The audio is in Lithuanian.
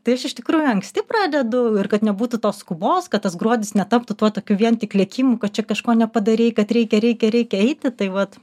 tai aš iš tikrųjų anksti pradedu ir kad nebūtų tos skubos kad tas gruodis netaptų tuo tokiu vien tik lėkimu kad čia kažko nepadarei kad reikia reikia reikia eiti tai vat